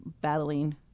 battling